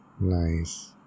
nice